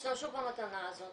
ישתמשו במתנה הזאת,